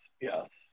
yes